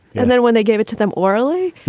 and then when they gave it to them orally,